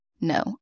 No